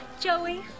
Joey